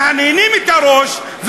מהנהנים בראש,